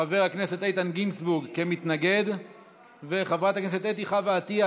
חבר הכנסת איתן גינזבורג כמתנגד ואת חברת הכנסת אתי חוה עטייה,